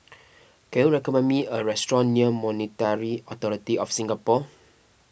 can you recommend me a restaurant near Monetary Authority of Singapore